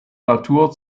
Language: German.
natur